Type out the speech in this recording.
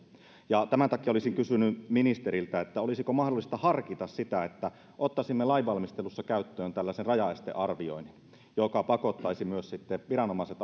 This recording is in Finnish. tämän takia olisin kysynyt ministeriltä olisiko mahdollista harkita että ottaisimme lainvalmistelussa käyttöön tällaisen rajaestearvioinnin joka pakottaisi myös sitten viranomaiset